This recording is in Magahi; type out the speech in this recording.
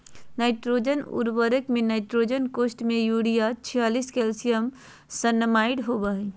नाइट्रोजन उर्वरक में नाइट्रोजन कोष्ठ में यूरिया छियालिश कैल्शियम साइनामाईड होबा हइ